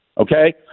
Okay